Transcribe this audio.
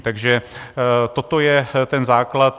Takže toto je ten základ.